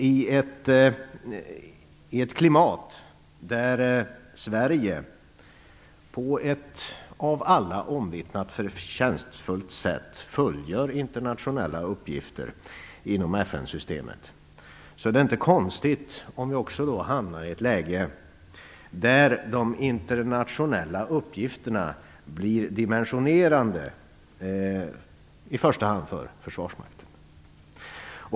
I ett klimat där Sverige på ett av alla omvittnat förtjänstfullt sätt fullgör internationella uppgifter inom FN-systemet är det inte konstigt om vi hamnar i ett läge där de internationella uppgifterna blir dimensionerade för i första hand försvarsmakten.